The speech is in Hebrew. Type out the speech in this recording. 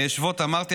שבות, אמרתי.